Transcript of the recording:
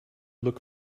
look